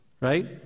right